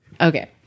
Okay